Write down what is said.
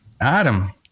Adam